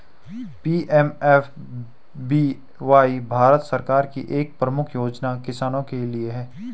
PMFBY Bharat सरकार की एक प्रमुख योजना किसानों के लिए है